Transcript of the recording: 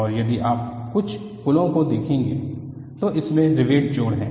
और यदि आप कई पुलों को देखेंगे तो उनमें रिवेट जोड़ है